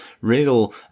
real